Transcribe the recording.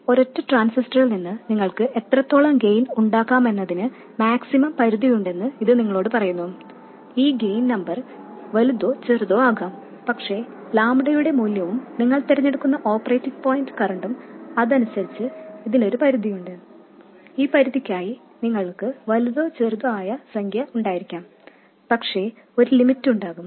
ഒരൊറ്റ ട്രാൻസിസ്റ്ററിൽ നിന്ന് നിങ്ങൾക്ക് എത്രത്തോളം ഗെയിൻ ഉണ്ടാക്കാമെന്നതിന് മാക്സിമം പരിധിയുണ്ടെന്ന് ഇത് നിങ്ങളോട് പറയുന്നു ഈ ഗെയിൻ നമ്പർ വലുതോ ചെറുതോ ആകാം പക്ഷേ ലാംഡയുടെ മൂല്യവും നിങ്ങൾ തിരഞ്ഞെടുക്കുന്ന ഓപ്പറേറ്റിംഗ് പോയിന്റ് കറന്റും അനുസരിച്ച് ഇതിനൊരു പരിധിയുണ്ട് ഈ പരിധിക്കായി നിങ്ങൾക്ക് വലുതോ ചെറുതോ ആയ സംഖ്യ ഉണ്ടായിരിക്കാം പക്ഷേ ഒരു ലിമിറ്റ് ഉണ്ടാകും